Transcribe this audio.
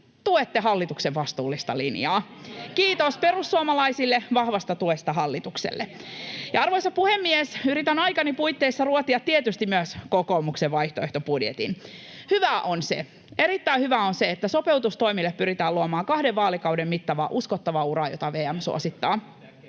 perussuomalaisten ryhmästä] Kiitos perussuomalaisille vahvasta tuesta hallitukselle. Arvoisa puhemies! Yritän aikani puitteissa ruotia tietysti myös kokoomuksen vaihtoehtobudjetin. Hyvää, erittäin hyvää on se, että sopeutustoimille pyritään luomaan kahden vaalikauden mittainen uskottava ura, jota VM suosittaa.